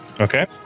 Okay